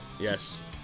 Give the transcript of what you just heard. Yes